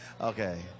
Okay